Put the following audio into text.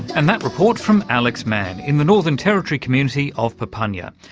and that report from alex mann in the northern territory community of papunya,